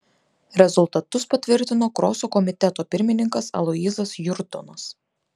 rezultatus patvirtino kroso komiteto pirmininkas aloyzas jurdonas